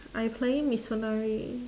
I playing mitsunari